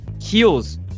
heels